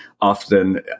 often